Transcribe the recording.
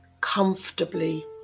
comfortably